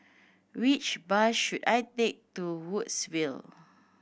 which bus should I take to Woodsville